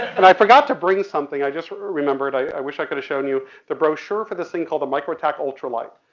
and i forgot to bring something, i just remembered, i wish i could've shown you the brochure for this thing called the microtek ultralight.